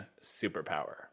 superpower